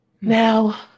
Now